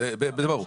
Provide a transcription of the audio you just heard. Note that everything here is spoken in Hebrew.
זה ברור,